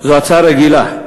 זו הצעה רגילה,